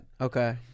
Okay